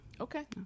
Okay